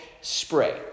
spray